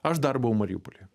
aš dar buvau mariupolyje